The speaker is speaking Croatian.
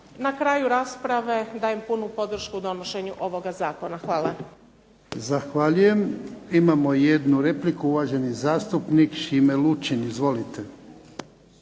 Na kraju rasprave dajem punu podršku donošenju ovoga zakona. Hvala. **Jarnjak, Ivan (HDZ)** Zahvaljujem. Imamo i jednu repliku, uvaženi zastupnik Šime Lučin. Izvolite.